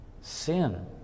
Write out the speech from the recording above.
sin